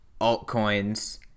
altcoins